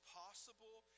possible